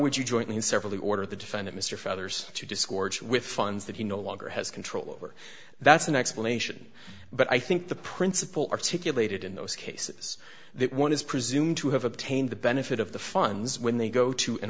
would you jointly and severally order the defendant mr feathers to discords with funds that he no longer has control over that's an explanation but i think the principle articulated in those cases that one is presumed to have obtained the benefit of the funds when they go to an